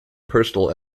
personal